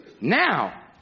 Now